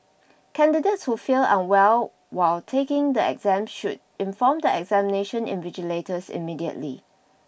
candidates who feel unwell while taking the exam should inform the examination invigilators immediately